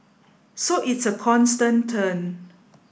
so it's a constant turn